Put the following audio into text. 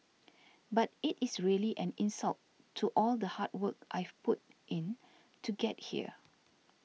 but it is really an insult to all the hard work I've put in to get here